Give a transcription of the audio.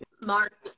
Mark